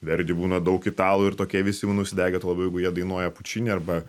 verdi būna daug italų ir tokie visi būna užsidegę tuo labiau jeigu jie dainuoja pučinį arba